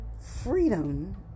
freedom